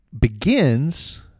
begins